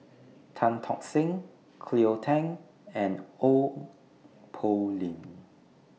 Tan Tock Seng Cleo Thang and Ong Poh Lim